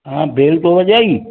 हा बैल तो वॼाई